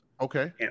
Okay